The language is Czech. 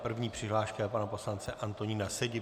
První přihláška je pana poslance Antonína Sedi.